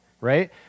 Right